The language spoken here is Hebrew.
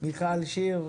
מיכל שיר,